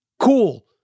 Cool